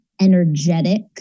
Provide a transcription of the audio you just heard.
energetic